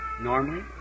Normally